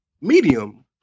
medium